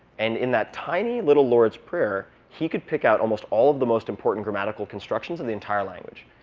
and in that tiny little lord's prayer, he could pick out almost all of the most important grammatical constructions in the entire language.